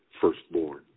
firstborn